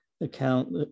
account